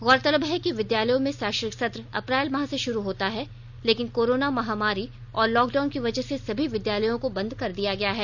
गौरतलब है कि विद्यालयों में शैक्षणिक सत्र अप्रैल माह से शुरू होता है लेकिन कोरोना महामारी और लॉकडाउन की वजह से सभी विद्यालयों को बंद कर दिया गया है